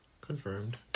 Confirmed